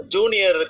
Junior